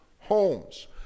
homes